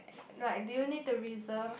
like do you need to reserve